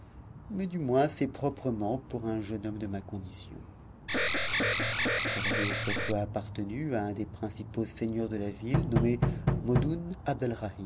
mais du moins assez proprement pour un jeune homme de ma condition elle avait autrefois appartenu à un des principaux seigneurs de la ville nommé modoun